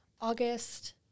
August